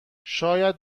شاید